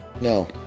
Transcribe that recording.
No